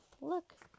Look